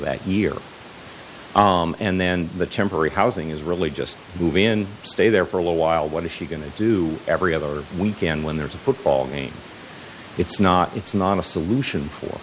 that year and then the temporary housing is really just moving in stay there for a while what is she going to do every other weekend when there's a football game it's not it's not a solution for